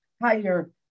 higher